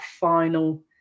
final